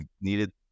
needed